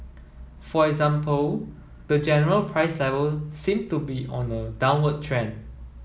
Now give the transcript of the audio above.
for example the general price level seem to be on a downward trend